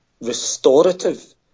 restorative